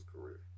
career